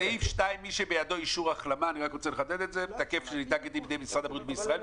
בסעיף 2: "מי שבידו אישור החלמה תקף שניתן כדין בידי משרד הבריאות בישראל"